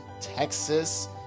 Texas